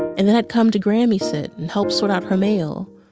and then i'd come to grammy-sit and help sort out her mail,